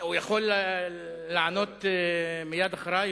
הוא יכול לענות מייד אחרי.